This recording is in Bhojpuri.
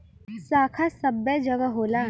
शाखा सबै जगह होला